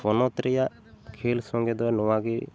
ᱯᱚᱱᱚᱛ ᱨᱮᱭᱟᱜ ᱠᱷᱮᱞ ᱥᱚᱸᱜᱮ ᱫᱚ ᱱᱚᱣᱟ ᱜᱮ